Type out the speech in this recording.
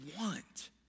want